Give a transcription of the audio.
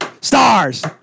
Stars